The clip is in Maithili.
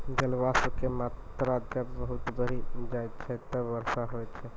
जलवाष्प के मात्रा जब बहुत बढ़ी जाय छै तब वर्षा होय छै